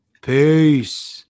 Peace